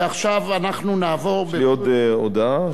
ועכשיו אנחנו נעבור, יש לי עוד הודעה.